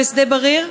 בשדה-בריר.